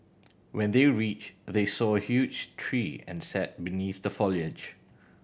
when they reached they saw a huge tree and sat beneath the foliage